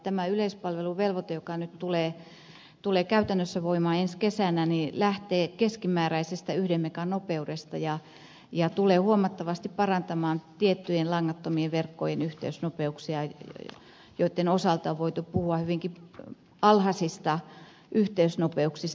tämä yleispalveluvelvoite joka nyt tulee käytännössä voimaan ensi kesänä lähtee keskimääräisestä yhden megan nopeudesta ja tulee huomattavasti parantamaan tiettyjen langattomien verkkojen yhteysnopeuksia joitten osalta on voitu puhua hyvinkin alhaisista yhteysnopeuksista